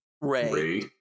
Ray